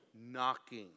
knocking